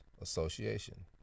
Association